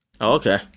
okay